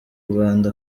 rwanda